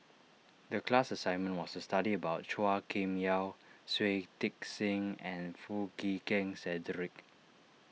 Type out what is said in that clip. the class assignment was to study about Chua Kim Yeow Shui Tit Sing and Foo Chee Keng Cedric